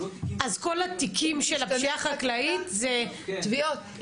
אז כל התיקים של הפשיעה החקלאית זה תביעות?